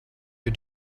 you